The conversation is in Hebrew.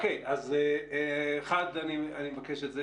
אוקיי, אז אחד, אני מבקש את זה.